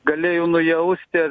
galėjo nujausti